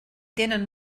tenen